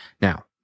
now